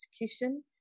execution